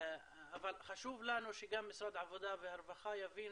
אבל חשוב לנו שמשרד העבודה והרווחה יבין